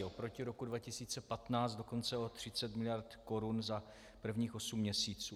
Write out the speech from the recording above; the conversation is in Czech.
Oproti roku 2015 dokonce o 30 miliard korun za prvních osm měsíců.